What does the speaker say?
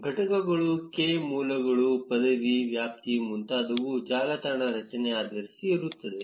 ಘಟಕಗಳು k ಮೂಲಗಳು ಪದವಿ ವ್ಯಾಪ್ತಿ ಮುಂತಾದವು ಜಾಲತಾಣ ರಚನೆ ಆಧರಿಸಿ ಇರುತ್ತದೆ